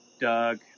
Doug